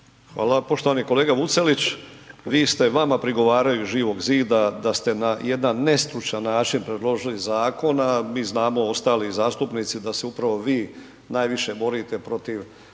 Hvala. Poštovani kolega Vucelić, vi ste, vama prigovaraju iz Živog zida da ste na jedan nestručan način predložili zakon, a mi znamo ostali zastupnici da se upravo vi najviše borite protiv